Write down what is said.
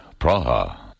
Praha